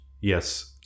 yes